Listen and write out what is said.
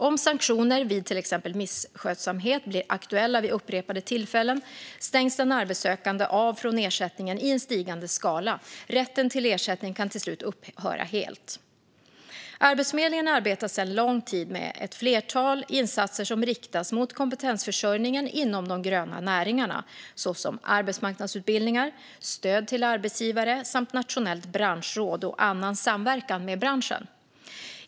Om sanktioner vid till exempel misskötsamhet blir aktuella vid upprepade tillfällen stängs den arbetssökande av från ersättningen i en stigande skala. Rätten till ersättning kan till slut upphöra helt. Arbetsförmedlingen arbetar sedan lång tid med ett flertal insatser som riktas till kompetensförsörjningen inom de gröna näringarna, såsom arbetsmarknadsutbildningar, stöd till arbetsgivare samt nationellt branschråd och annan samverkan med branschen.